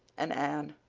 and anne,